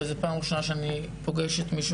אבל זאת פעם ראשונה שאני פוגשת מישהו